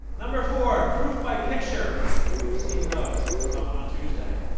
number four proof by picture we've seen those, saw one on tuesday.